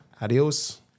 Adios